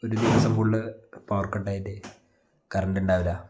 ഒരു ദിവസം full power കട്ടായിട്ട് കറണ്ടിണ്ടാവില്ല